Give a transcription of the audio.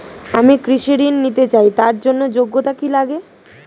আমি কৃষি ঋণ নিতে চাই তার জন্য যোগ্যতা কি লাগে?